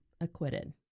acquitted